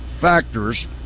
factors